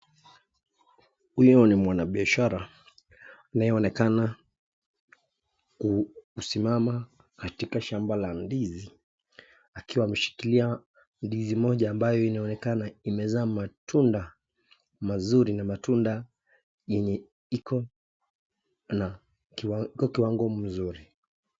Huyu ni mwanabiashara anayeonekana kusimama katika shamba la ndizi akiwa ameshikilia ndizi moja ambayo inaonekana imezaa matunda mazuri na matunda yenye iko na kiwango mzuri.